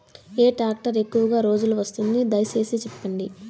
ఏ tractor ఎక్కువగా రోజులు వస్తుంది, దయసేసి చెప్పండి?